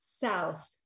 south